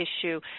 issue